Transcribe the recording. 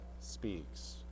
speaks